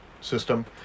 system